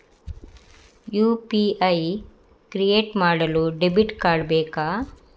UPI create ಮಾಡಲು debit card ಬೇಕಾ?